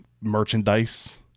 merchandise